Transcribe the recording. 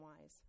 wise